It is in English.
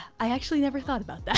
i actually never thought about